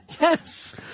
Yes